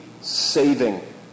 saving